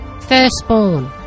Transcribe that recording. firstborn